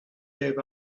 gave